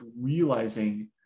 realizing